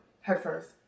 headfirst